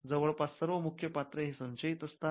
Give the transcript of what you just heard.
जवळपास सर्व मुख्यपात्र हे संशयित असतात